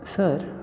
sir